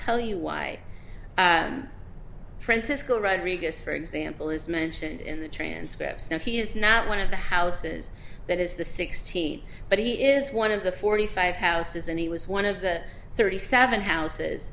tell you why francisco rodriguez for example is mentioned in the transcripts now he is not one of the houses that is the sixteen but he is one of the forty five houses and he was one of the thirty seven houses